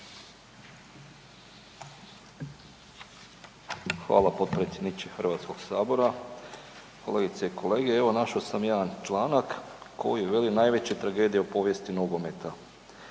Hvala potpredsjedniče HS-a. Kolegice i kolege. Evo našao sam jedan članak koji veli najveća tragedija u povijesti nogometa,